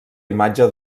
imatge